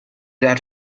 that